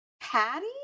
Patty